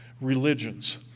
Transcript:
religions